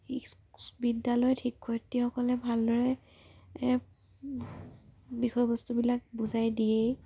ইস্ বিদ্যালয়ত শিক্ষীসকলে ভালদৰে বিষয়বস্তুবিলাক বুজাই দিয়েই